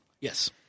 Yes